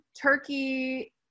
Turkey